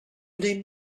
they